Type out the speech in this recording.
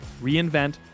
reinvent